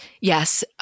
Yes